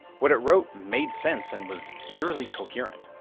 what it wrote made sense and was eerily coherent.